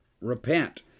Repent